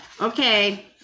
Okay